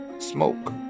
Smoke